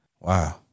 Wow